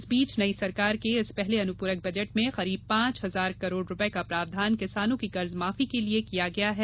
इस बीच नई सरकार के इस पहले अनुप्रक बजट में करीब पांच हजार करोड रुपए का प्रावधान किसानों की कर्ज माफी के लिए किया गया है